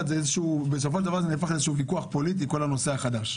בסוף זה הפך לוויכוח פוליטי כל הנושא החדש.